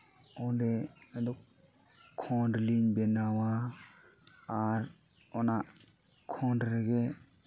ᱚᱸᱰᱮ ᱟᱫᱚ ᱠᱷᱚᱸᱰ ᱞᱤᱧ ᱵᱮᱱᱟᱣᱟ ᱟᱨ ᱚᱱᱟ ᱠᱷᱚᱸᱰ ᱨᱮᱜᱮ